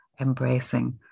embracing